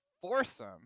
foursome